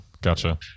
Gotcha